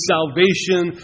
Salvation